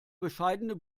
bescheidene